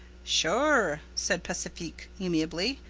sure, said pacifique amiably.